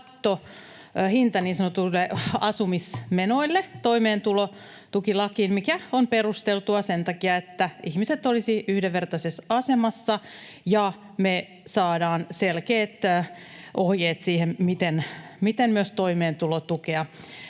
kattohinta niin sanotuille asumismenoille toimeentulotukilakiin, mikä on perusteltua sen takia, että ihmiset olisivat yhdenvertaisessa asemassa ja me saadaan selkeät ohjeet siihen, miten toimeentulotukea